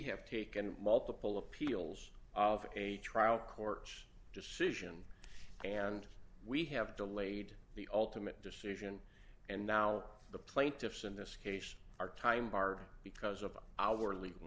have taken multiple appeals of a trial court's decision and we have delayed the ultimate decision and now the plaintiffs in this case our time are because of our legal